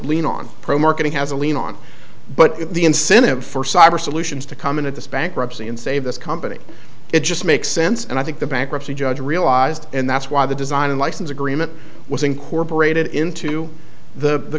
lien on pro marketing has a lien on but the incentive for cyber solutions to come in at this bankruptcy and save this company it just makes sense and i think the bankruptcy judge realized and that's why the design and license agreement was incorporated into the